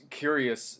curious